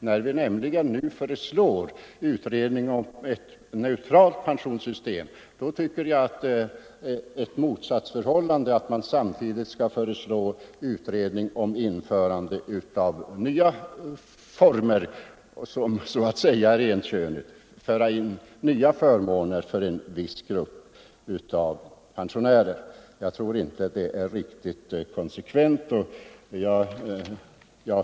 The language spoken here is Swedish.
När vi nu föreslår en utredning om ett könsneutralt pensionssystem tycker jag att det är motsägelsefullt att samtidigt föreslå en utredning om införande av nya pensionsförmåner för personer av det ena könet. Jag tycker inte det är riktigt konsekvent.